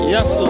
Yes